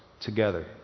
together